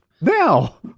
now